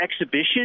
exhibition